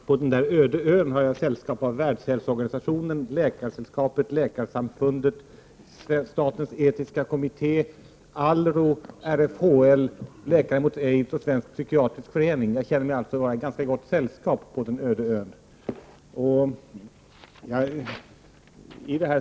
Herr talman! På den öde ön har jag sällskap av Världshälsoorganisationen, Läkarsällskapet, Läkarförbundet, statens medicinsk-etiska råd, Alro, RFHL, Läkare mot aids och Svensk psykiatrisk förening. Jag känner mig alltså i gott sällskap på den öde ön.